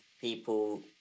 people